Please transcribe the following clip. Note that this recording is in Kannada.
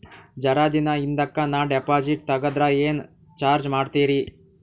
ಜರ ದಿನ ಹಿಂದಕ ನಾ ಡಿಪಾಜಿಟ್ ತಗದ್ರ ಏನ ಚಾರ್ಜ ಮಾಡ್ತೀರಿ?